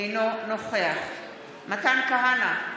אינו נוכח מתן כהנא,